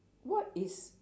what is